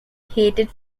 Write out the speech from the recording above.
hated